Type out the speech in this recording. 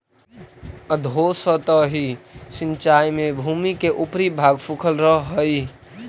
अधोसतही सिंचाई में भूमि के ऊपरी भाग सूखल रहऽ हइ